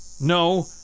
No